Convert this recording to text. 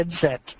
headset